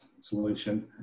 solution